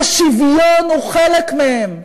ששוויון הוא חלק מהם?